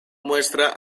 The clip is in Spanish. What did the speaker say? muestra